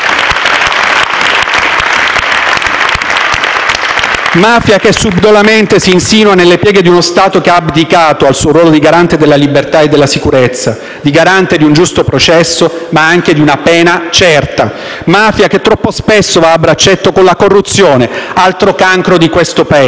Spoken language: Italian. insinua subdolamente nelle pieghe di uno Stato che ha abdicato al suo ruolo di garante della libertà, della sicurezza, di un giusto processo e di una pena certa; mafia che troppo spesso va a braccetto con la corruzione, altro cancro di questo Paese.